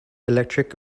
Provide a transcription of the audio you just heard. electric